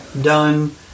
done